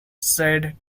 said